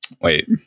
wait